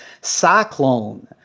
Cyclone